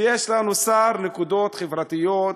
ויש לנו שר נקודות חברתיות,